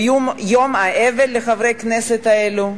הוא יום אבל לחברי הכנסת האלו?